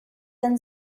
then